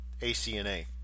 ACNA